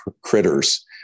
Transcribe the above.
critters